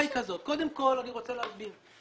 קודם כל, אני רוצה להסביר.